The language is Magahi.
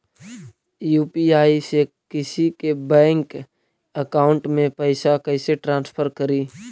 यु.पी.आई से किसी के बैंक अकाउंट में पैसा कैसे ट्रांसफर करी?